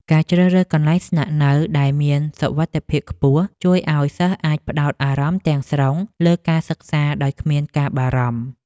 ការជ្រើសរើសកន្លែងស្នាក់នៅដែលមានសុវត្ថិភាពខ្ពស់ ជួយឱ្យសិស្សអាចផ្តោតអារម្មណ៍ទាំងស្រុងលើការសិក្សាដោយគ្មានការបារម្ភ។